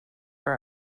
for